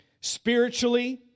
Spiritually